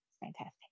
fantastic